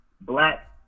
black